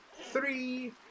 Three